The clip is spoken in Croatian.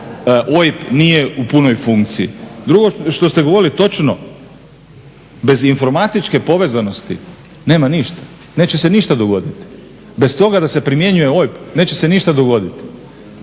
OIB nije u punoj funkciji. Drugo što ste govorili, točno. Bez informatičke povezanosti nema ništa, neće se ništa dogoditi. Bez toga da se primjenjuje OIB neće se ništa dogoditi,